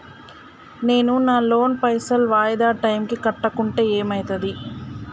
నేను నా లోన్ పైసల్ వాయిదా టైం కి కట్టకుంటే ఏమైతది?